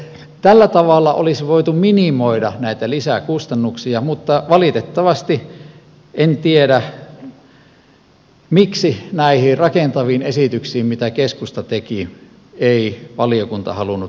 tällä tavalla olisi voitu minimoida näitä lisäkustannuksia mutta valitettavasti en tiedä miksi näihin rakentaviin esityksiin mitä keskusta teki ei valiokunta halunnut tarttua